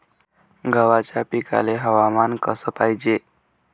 गव्हाच्या पिकाले हवामान कस पायजे?